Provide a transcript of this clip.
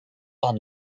are